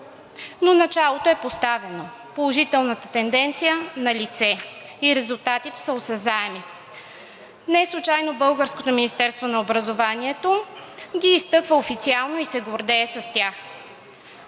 Но началото е поставено, положителната тенденция – налице, и резултатите са осезаеми. Неслучайно българското Министерство на образованието ги изтъква официално и се гордее с тях.